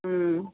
ம்